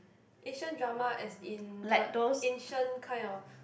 ancient drama as in the ancient kind of